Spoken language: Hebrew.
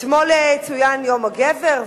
אתמול צוין יום הגבר,